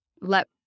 let